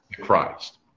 Christ